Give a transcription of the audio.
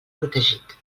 protegit